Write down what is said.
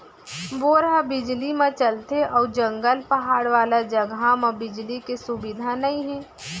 bore ह बिजली म चलथे अउ जंगल, पहाड़ वाला जघा म बिजली के सुबिधा नइ हे